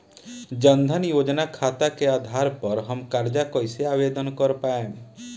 जन धन योजना खाता के आधार पर हम कर्जा कईसे आवेदन कर पाएम?